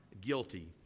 guilty